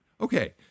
Okay